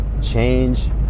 change